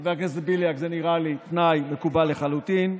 חבר הכנסת בליאק, זה נראה לי תנאי מקובל לחלוטין,